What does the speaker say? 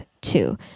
two